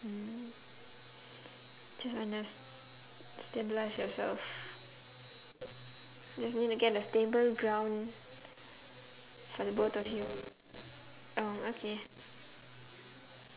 mm just earn as stabilise yourself because need to get a stable ground for the both of you oh okay